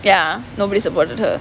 ya nobody supported her